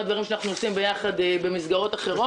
דברים שאנחנו עושים ביחד במסגרות אחרות.